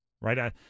Right